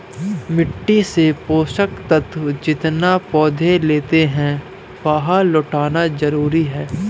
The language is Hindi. मिट्टी से पोषक तत्व जितना पौधे लेते है, वह लौटाना जरूरी है